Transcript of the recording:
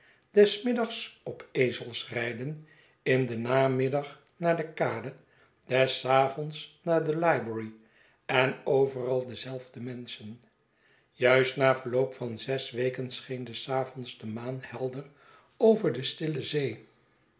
des middags op ezels rijden in den namiddag naar de kade des avonds naar de library en overal dezelfde menschen juist na verloop van zes weken scheen des avonds de maan helder over de stille zee